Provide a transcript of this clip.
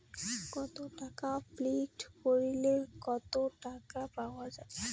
কত টাকা ফিক্সড করিলে কত টাকা পাওয়া যাবে?